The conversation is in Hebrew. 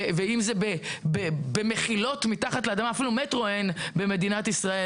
ואם זה במחילות מתחת לאדמה אפילו מטרו אין במדינת ישראל